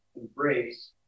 embrace